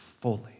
fully